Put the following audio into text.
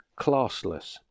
classless